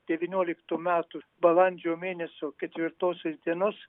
devynioliktų metų balandžio mėnesio ketvirtosios dienos